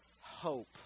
hope